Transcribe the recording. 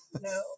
No